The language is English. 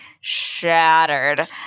shattered